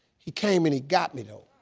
he came and he got me though.